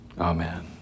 Amen